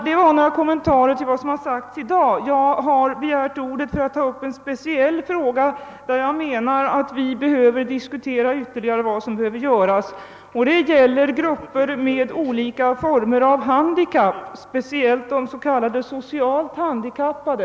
Detta var några kommentarer till vad som sagts här i dag. Jag har emellertid begärt ordet för att ta upp en speciell fråga, där jag menar att vi ytterligare behöver diskutera vad som skall göras. Det gäller grupper med olika former av handikapp, speciellt de s.k. socialt handikappade.